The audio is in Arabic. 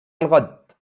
الغد